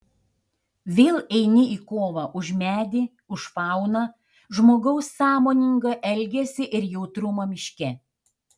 vėl eini į kovą už medį už fauną žmogaus sąmoningą elgesį ir jautrumą miške